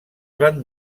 van